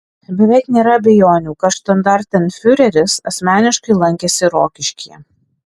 beveik nėra abejonių kad štandartenfiureris asmeniškai lankėsi rokiškyje